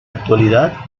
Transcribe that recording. actualidad